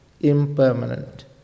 impermanent